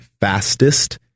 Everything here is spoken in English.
fastest